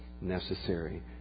necessary